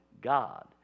God